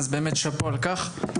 אז באמת שאפו על כך.